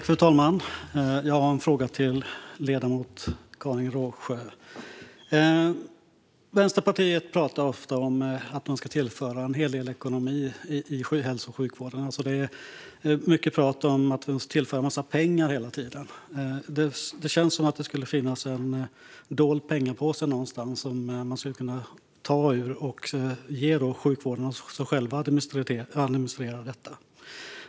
Fru talman! Jag har en fråga till ledamoten Karin Rågsjö. Vänsterpartiet pratar ofta om att man ska tillföra en hel del ekonomi i hälso och sjukvården. Det är mycket prat om att tillföra en massa pengar hela tiden. Det känns som om det skulle finnas en dold pengapåse någonstans som man skulle kunna ta ur och ge till sjukvården att själv administrera detta.